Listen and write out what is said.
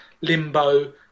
Limbo